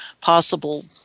possible